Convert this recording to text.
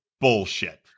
bullshit